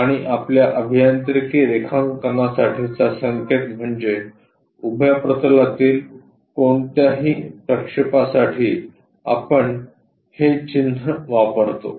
आणि आपल्या अभियांत्रिकी रेखांकनासाठीचा संकेत म्हणजे उभ्या प्रतलातील कोणत्याही प्रक्षेपासाठी आपण हे चिन्ह 'किंवा' वापरतो